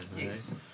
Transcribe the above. Yes